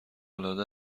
العاده